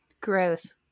Gross